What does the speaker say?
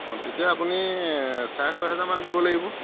অঁ তেতিয়া আপুনি চাৰে ছয়হেজাৰ মান দিব লাগিব